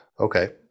Okay